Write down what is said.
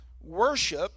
worship